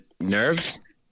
nerves